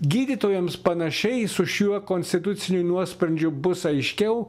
gydytojams panašiai su šiuo konstituciniu nuosprendžiu bus aiškiau